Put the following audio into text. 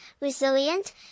resilient